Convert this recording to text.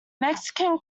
mexican